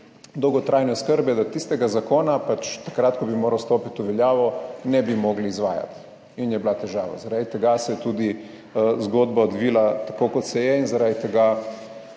dolgotrajne oskrbe, da tistega zakona pač takrat, ko bi moral stopiti v veljavo, ne bi mogli izvajati in je bila težava. Zaradi tega se je tudi zgodba odvila tako kot se je in zaradi tega